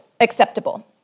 acceptable